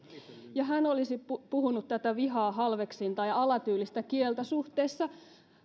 ja hän olisi puhunut tätä vihaa halveksintaa ja alatyylistä kieltä suhteessa